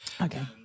Okay